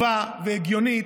טובה והגיונית,